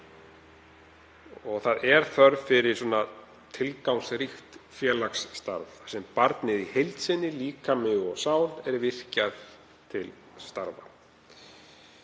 Það er þörf fyrir tilgangsríkt félagsstarf þar sem barnið í heild sinni, líkami og sál, er virkjað til starfa.